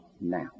now